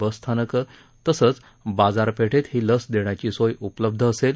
बसस्थानक तसंच बाजारपेठेत ही लस देण्याची सोय उपलब्ध असले